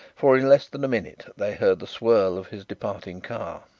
for in less than a minute they heard the swirl of his departing car.